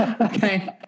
Okay